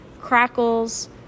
crackles